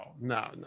no